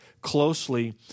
closely